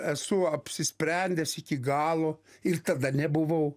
esu apsisprendęs iki galo ir tada nebuvau